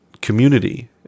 community